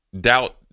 doubt